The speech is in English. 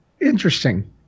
interesting